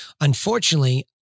Unfortunately